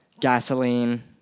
gasoline